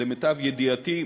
למיטב ידיעתי,